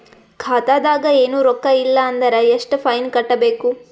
ಖಾತಾದಾಗ ಏನು ರೊಕ್ಕ ಇಲ್ಲ ಅಂದರ ಎಷ್ಟ ಫೈನ್ ಕಟ್ಟಬೇಕು?